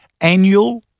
Annual